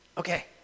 Okay